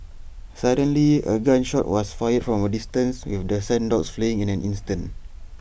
suddenly A gun shot was fired from A distance with the sent dogs fleeing in an instant